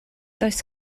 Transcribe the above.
does